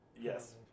Yes